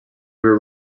were